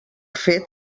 fet